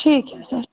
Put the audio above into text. ठीक है सर